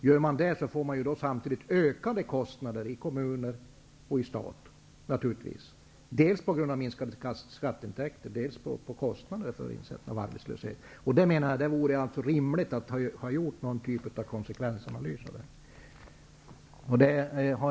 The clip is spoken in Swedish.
Om problemen blir lösta uppstår samtidigt ökade kostnader i kommuner och för staten. Det beror dels på minskade skatteintäkter, dels på kostnaderna för arbetslösheten. Det vore rimligt att ha gjort någon typ av konsekvensanalys.